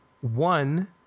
one